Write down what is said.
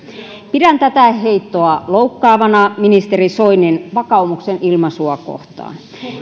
pidän tätä heittoa loukkaavana ministeri soinin vakaumuksen ilmaisua kohtaan